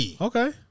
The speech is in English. Okay